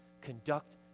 conduct